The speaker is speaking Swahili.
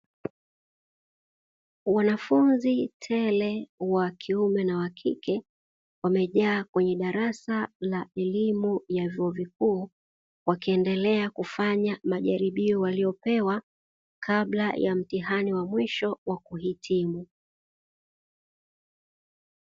Wanafunzi wengi wa kiume na wa kike wamejaa kwenye darasa la elimu ya vyuo vikuu, wakiendelea kufanya majaribio waliyopewa kabla ya mtihani wa mwisho wa kuhitimu.